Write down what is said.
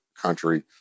country